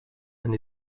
and